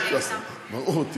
יש כאלה, ברור.